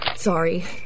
Sorry